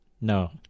No